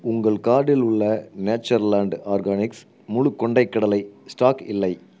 உங்கள் கார்ட்டில் உள்ள நேச்சர்லாண்ட் ஆர்கானிக்ஸ் முழு கொண்டைக் கடலை ஸ்டாக் இல்லை